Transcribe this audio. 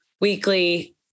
weekly